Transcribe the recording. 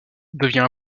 devient